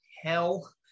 hell